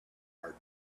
are